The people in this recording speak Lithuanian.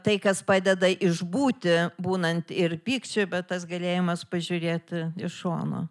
tai kas padeda išbūti būnant ir pykčiui bet tas galėjimas pažiūrėt iš šono